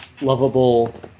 lovable